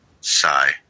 Sigh